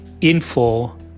info